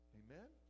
amen